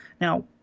Now